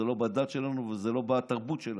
זה לא בדת שלנו וזה לא בתרבות שלנו.